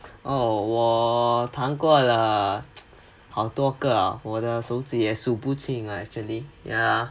oh 我谈过了好多个我的手指也数不清 ah actually ya